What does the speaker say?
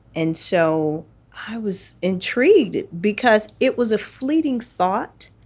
and so i was intrigued because it was a fleeting thought.